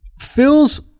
Phil's